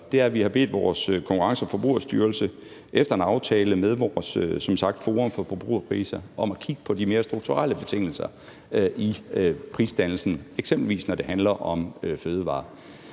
gør, er, at vi har bedt Konkurrence- og Forbrugerstyrelsen efter aftale med Forum for Forbrugerpriser om at kigge på de mere strukturelle betingelser i prisdannelsen, eksempelvis når det handler om fødevarer.